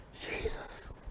Jesus